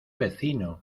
vecino